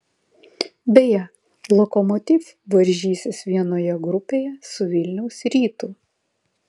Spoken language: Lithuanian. beje lokomotiv varžysis vienoje grupėje su vilniaus rytu